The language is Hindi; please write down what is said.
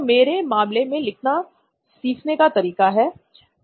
तो मेरे मामले में लिखना सीखने का तरीका है